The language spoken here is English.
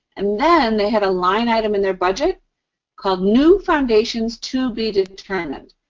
and then, they had a line item in their budget called new foundations to be determined.